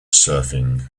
surfing